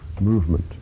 movement